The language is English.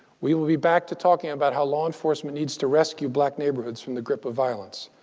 we will be back to talking about how law enforcement needs to rescue black neighborhoods from the grip of violence.